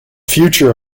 future